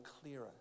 clearer